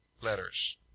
letters